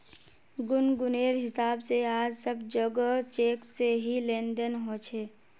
गुनगुनेर हिसाब से आज सब जोगोह चेक से ही लेन देन ह छे